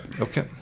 okay